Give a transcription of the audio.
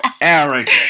Eric